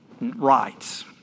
rights